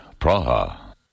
Praha